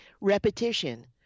Repetition